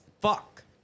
Fuck